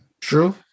True